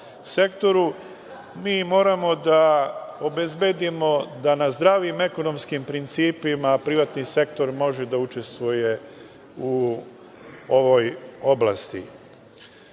Moramo da obezbedimo da na zdravim ekonomskim principima privatni sektor može da učestvuje u ovoj oblasti. Imali